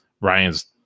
ryan's